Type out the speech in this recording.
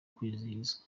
kwizihizwa